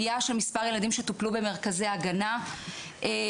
עלייה של מספר ילדים שטופלו במרכזי הגנה ועלייה